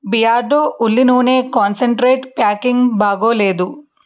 Beardo ఉల్లి నూనె concentrate packing బాగాలేదు